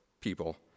people